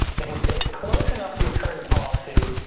you can stay close enough to your current policy.